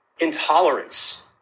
Intolerance